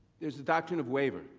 there is a doctrine of waiver.